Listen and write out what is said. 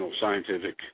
scientific